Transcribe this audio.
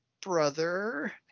brother